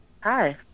Hi